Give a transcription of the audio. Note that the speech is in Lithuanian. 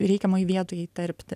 reikiamoj vietoj įterpti